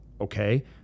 okay